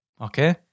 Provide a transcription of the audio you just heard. Okay